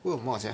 为什么 sia